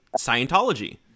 Scientology